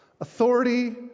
Authority